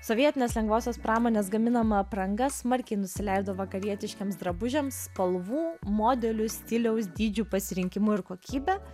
sovietinės lengvosios pramonės gaminama apranga smarkiai nusileido vakarietiškiems drabužiams spalvų modelių stiliaus dydžių pasirinkimu ir kokybe